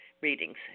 readings